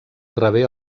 rebé